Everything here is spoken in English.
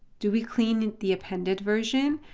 do we clean the appended version,